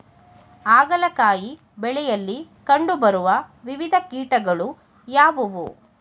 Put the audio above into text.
ಹಾಗಲಕಾಯಿ ಬೆಳೆಯಲ್ಲಿ ಕಂಡು ಬರುವ ವಿವಿಧ ಕೀಟಗಳು ಯಾವುವು?